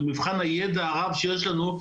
במבחן הידע הרב שיש לנו,